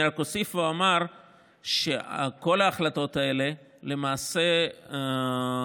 אני רק אוסיף ואומר שאת כל ההחלטות האלה למעשה הכנו